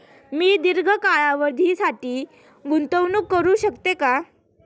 मी दीर्घ कालावधीसाठी गुंतवणूक करू शकते का?